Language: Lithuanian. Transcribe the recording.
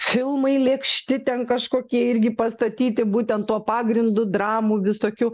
filmai lėkšti ten kažkokie irgi pastatyti būtent tuo pagrindu dramų visokių